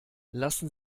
lassen